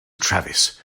travis